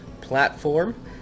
platform